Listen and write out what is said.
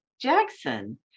Jackson